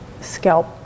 scalp